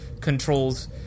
controls